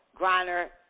Griner